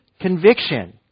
conviction